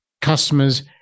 Customers